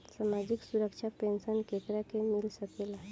सामाजिक सुरक्षा पेंसन केकरा के मिल सकेला?